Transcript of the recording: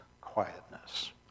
quietness